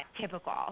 typical